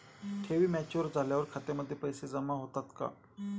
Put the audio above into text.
ठेवी मॅच्युअर झाल्यावर खात्यामध्ये पैसे जमा होतात का?